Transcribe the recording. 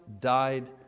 died